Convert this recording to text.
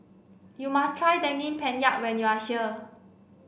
you must try Daging Penyet when you are